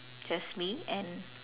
just me and